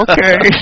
Okay